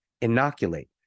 inoculate